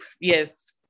Yes